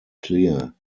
clear